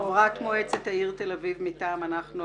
חברת מועצת העיר תל אביב מטעם אנחנו,